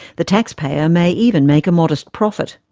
the taxpayer may even make a modest profit.